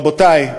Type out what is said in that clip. רבותי,